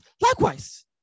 Likewise